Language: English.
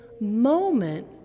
moment